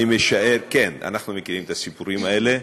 אני משער, כן, אנחנו מכירים את הסיפורים האלה,